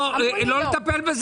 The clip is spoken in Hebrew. לא לטפל בזה?